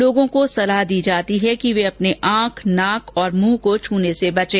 लोगों को सलाह दी जाती है कि वे अपनी आंख नाक और मुंह को छूने से बचें